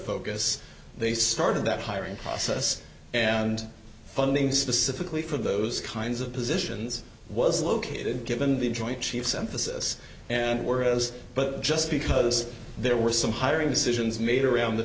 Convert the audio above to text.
focus they started that hiring process and funding specifically for those kinds of positions was located given the joint chiefs emphasis and worse but just because there were some hiring decisions made around the